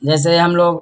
जैसे हमलोग